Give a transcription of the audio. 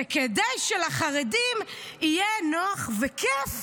זה כדי שלחרדים יהיה נוח וכיף,